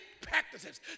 practices